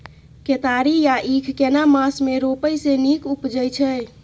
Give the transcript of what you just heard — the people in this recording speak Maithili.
केतारी या ईख केना मास में रोपय से नीक उपजय छै?